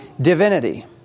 divinity